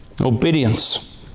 Obedience